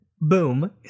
boom